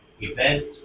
event